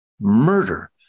murder